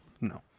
no